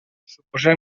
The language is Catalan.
suposem